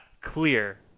clear